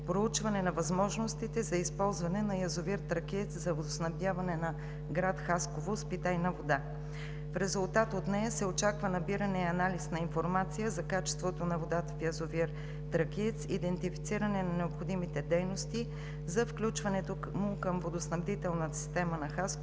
проучване на възможностите за използване на язовир „Тракиец“ за водоснабдяване на град Хасково с питейна вода. В резултат от нея се очаква набиране и анализ на информация за качеството на водата в язовир „Тракиец“, идентифициране на необходимите дейности за включването му към водоснабдителната система на Хасково